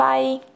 Bye